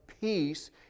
peace